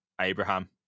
Abraham